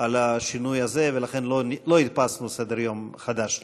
על השינוי הזה, ולכן לא הדפסנו סדר-יום חדש לכולם.